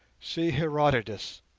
see herodotus,